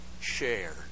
share